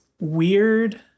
weird